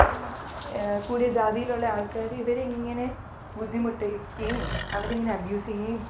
കൂടിയ ജാതീലുള്ള ആൾക്കാർ ഇവരിങ്ങനെ ബുദ്ധിമുട്ടിയ്ക്കേം അവരിങ്ങനെ അബ്യൂസ് ചെയ്യയേം